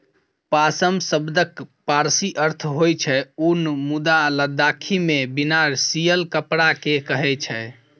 पाश्म शब्दक पारसी अर्थ होइ छै उन मुदा लद्दाखीमे बिना सियल कपड़ा केँ कहय छै